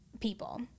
people